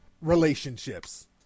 relationships